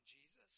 Jesus